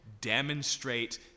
demonstrate